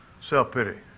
Self-pity